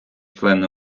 члени